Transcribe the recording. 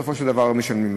בסופו של דבר משלמים.